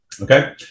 Okay